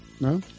No